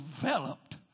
developed